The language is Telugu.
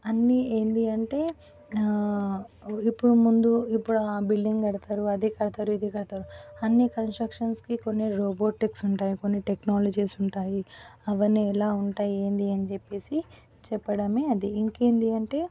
అన్నీ ఏంది అంటే ఇప్పుడు ముందు ఇప్పుడు ఆ బిల్డింగ్ కడతరు అది కడతరు ఇది కడతరు అన్ని కన్స్ట్రక్షన్స్కి కొన్ని రోబోటిక్స్ ఉంటాయి కొన్ని టెక్నాలజీస్ ఉంటాయి అవన్నీ ఎలా ఉంటాయి ఏంది అని చెప్పేసి చెప్పడమే అది ఇంకేంటి అంటే